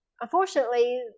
Unfortunately